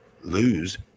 lose